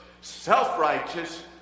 Self-righteous